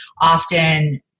often